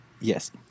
Yes